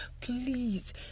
please